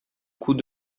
coup